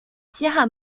西汉